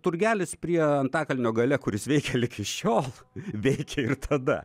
turgelis prie antakalnio gale kuris veikia ligi šiol veikė ir tada